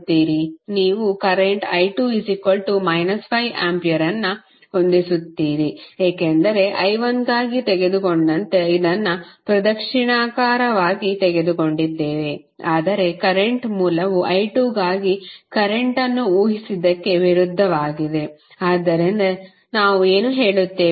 ನೀವು current i2 5 ampere ಅನ್ನು ಹೊಂದಿಸುತ್ತೀರಿ ಏಕೆಂದರೆ i1 ಗಾಗಿ ತೆಗೆದುಕೊಂಡಂತೆ ಇದನ್ನು ಪ್ರದಕ್ಷಿಣಾಕಾರವಾಗಿ ತೆಗೆದುಕೊಂಡಿದ್ದೇವೆ ಆದರೆ ಕರೆಂಟ್ ಮೂಲವು i2ಗಾಗಿ ಕರೆಂಟ್ ಅನ್ನು ಊಹಿಸಿದ್ದಕ್ಕೆ ವಿರುದ್ಧವಾಗಿದೆ ಆದ್ದರಿಂದಲೇ ನಾವು ಏನು ಹೇಳುತ್ತೇವೆ